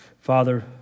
Father